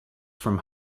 from